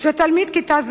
כשתלמיד כיתה ז'